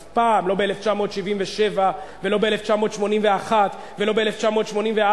אף פעם, לא ב-1977, לא ב-1981 ולא ב-1984.